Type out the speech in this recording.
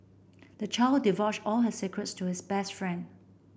the child divulged all his secrets to his best friend